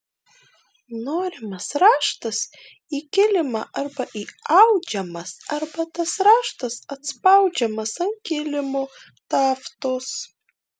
norimas raštas į kilimą arba įaudžiamas arba tas raštas atspaudžiamas ant kilimo taftos